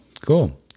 cool